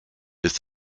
ist